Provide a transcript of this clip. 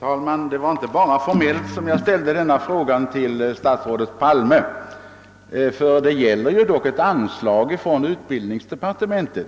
Herr talman! Det var inte bara formellt jag ställde denna fråga till statsrådet Palme. Det gäller dock ett anslag från — utbildningsdepartementet.